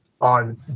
on